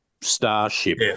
starship